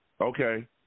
Okay